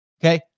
Okay